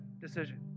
decision